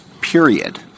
period —